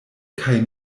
kaj